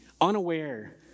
unaware